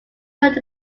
wrote